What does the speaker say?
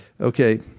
Okay